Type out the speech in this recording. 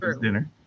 dinner